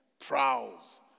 prowls